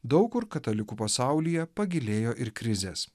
daug kur katalikų pasaulyje pagilėjo ir krizės